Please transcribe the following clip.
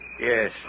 Yes